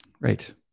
Right